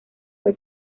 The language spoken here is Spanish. fue